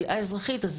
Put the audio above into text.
תביעה אזרחית,